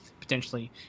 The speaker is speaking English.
potentially